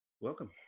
welcome